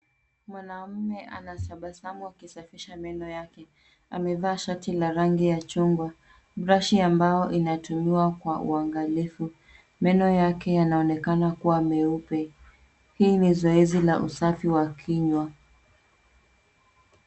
Mwanamume anatabasamu akisafisha meno yake. Amevaa shati la rangi ya chungwa. Brashi ambayo inatumiwa kwa uangalifu. Meno yake yanaonekana kuwa meupe. Hii ni zoezi la usafi wa kinywa.